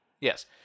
Yes